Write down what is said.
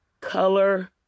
color